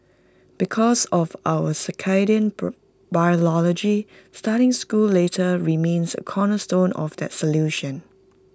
because of our circadian biology starting school later remains A cornerstone of that solution